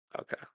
Okay